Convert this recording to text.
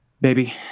baby